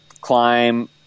climb